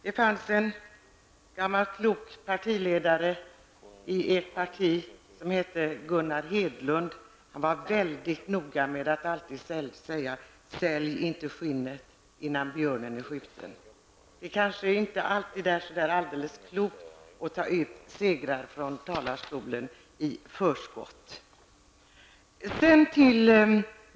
Det finns en gammal klok f.d. partiledare -- denne man har varit ledare av ert parti -- som heter Gunnar Hedlund. Han var alltid väldigt noga med att framhålla följande: Sälj inte skinnet förrän björnen är skjuten. Det är kanske inte alltid så värst klokt att ta ut segrar i förskott här i talarstolen.